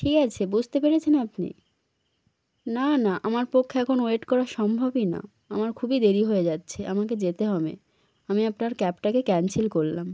ঠিক আছে বুঝতে পেরেছেন আপনি না না আমার পক্ষে এখন ওয়েট করা সম্ভবই না আমার খুবই দেরি হয়ে যাচ্ছে আমাকে যেতে হবে আমি আপনার ক্যাবটাকে ক্যানসেল করলাম